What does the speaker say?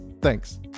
Thanks